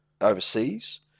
overseas